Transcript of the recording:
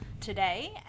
today